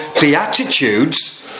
Beatitudes